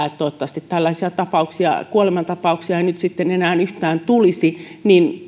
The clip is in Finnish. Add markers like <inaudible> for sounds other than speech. <unintelligible> että toivottavasti tällaisia kuolemantapauksia nyt sitten ei enää yhtään tulisi